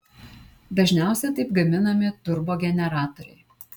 dažniausiai taip gaminami turbogeneratoriai